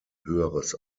höheres